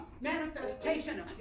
manifestation